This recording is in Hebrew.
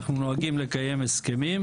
אנחנו נוהגים לקיים הסכמים,